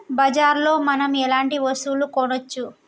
బజార్ లో మనం ఎలాంటి వస్తువులు కొనచ్చు?